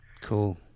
cool